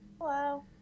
Hello